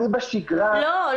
לא,